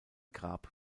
grab